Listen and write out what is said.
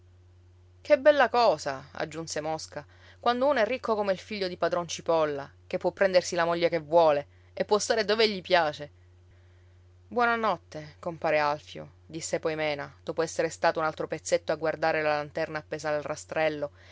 che bella cosa aggiunse mosca quando uno è ricco come il figlio di padron cipolla che può prendersi la moglie che vuole e può stare dove gli piace buona notte compare alfio disse poi mena dopo essere stata un altro pezzetto a guardare la lanterna appesa al rastrello